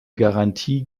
garantie